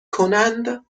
کنند